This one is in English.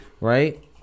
right